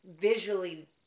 visually